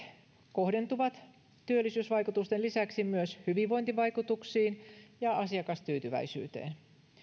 kohdentuvat työllisyysvaikutusten lisäksi myös hyvinvointivaikutuksiin ja asiakastyytyväisyyteen